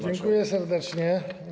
Dziękuję serdecznie.